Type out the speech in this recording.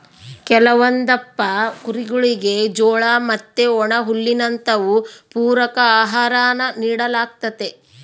ಕೆಲವೊಂದಪ್ಪ ಕುರಿಗುಳಿಗೆ ಜೋಳ ಮತ್ತೆ ಒಣಹುಲ್ಲಿನಂತವು ಪೂರಕ ಆಹಾರಾನ ನೀಡಲಾಗ್ತತೆ